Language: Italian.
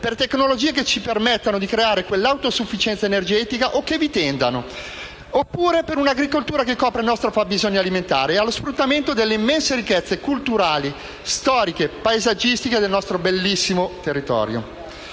per tecnologie che ci permettano di creare quell'autosufficienza energetica o che vi tendano oppure per un'agricoltura che copra il nostro fabbisogno alimentare e allo sfruttamento delle immense ricchezze culturali, storiche e paesaggistiche del nostro bellissimo territorio.